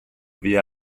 via